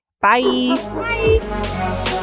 bye